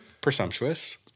presumptuous